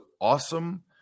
awesome